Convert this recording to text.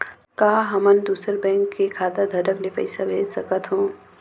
का हमन दूसर बैंक के खाताधरक ल पइसा भेज सकथ हों?